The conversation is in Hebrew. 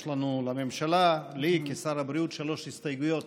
יש לנו, לממשלה, לי כשר הבריאות, שלוש הסתייגויות